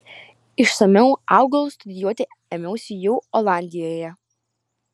išsamiau augalus studijuoti ėmiausi jau olandijoje